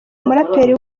umuraperi